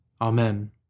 Amen